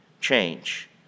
change